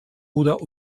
oder